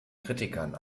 kritikern